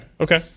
okay